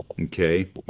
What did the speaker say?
okay